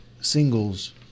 singles